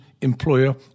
employer